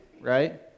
right